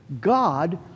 God